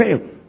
fail